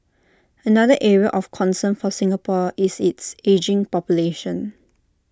another area of concern for Singapore is its ageing population